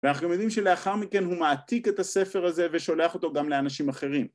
ואנחנו יודעים שלאחר מכן הוא מעתיק את הספר הזה ושולח אותו גם לאנשים אחרים